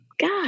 god